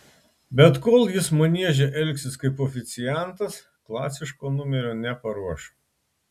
bet kol jis manieže elgsis kaip oficiantas klasiško numerio neparuoš